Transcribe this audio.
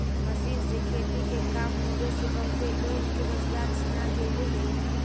machine से खेती के काम होवे से बहुते लोग के रोजगार छिना गेले हई